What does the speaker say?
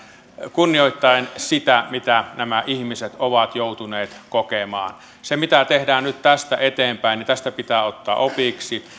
kunnioittaen sitä mitä nämä ihmiset ovat joutuneet kokemaan se mitä tehdään nyt tästä eteenpäin tästä pitää ottaa opiksi